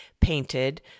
painted